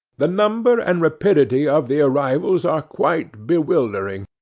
the number and rapidity of the arrivals are quite bewildering.